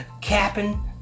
Capping